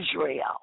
Israel